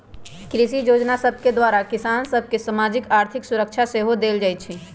कृषि जोजना सभके द्वारा किसान सभ के सामाजिक, आर्थिक सुरक्षा सेहो देल जाइ छइ